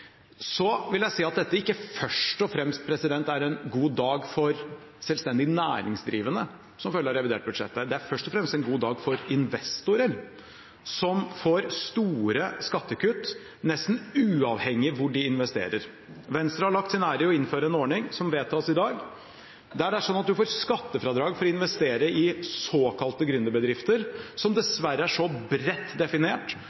så gode velferdsordninger som mulig for alle innbyggerne i samfunnet. At vi er uenige i innretningen flertallet velger i dag, betyr ikke at vi er motstandere av det. Jeg vil si at dette ikke først og fremst er en god dag for selvstendig næringsdrivende, som følge av revidert budsjett. Det er først og fremst en god dag for investorer, som får store skattekutt nesten uavhengig av hvor de investerer. Venstre har lagt sin ære i å innføre en ordning som vedtas i